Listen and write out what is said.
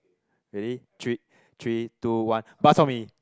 ready three three two one bak-chor-mee